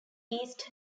east